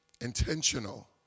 intentional